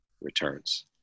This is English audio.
returns